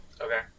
Okay